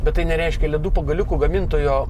bet tai nereiškia ledų pagaliukų gamintojo